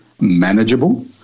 manageable